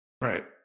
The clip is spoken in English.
Right